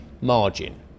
margin